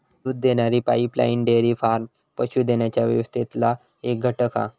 दूध देणारी pipeline dairy farm पशू देण्याच्या व्यवस्थेतला एक घटक हा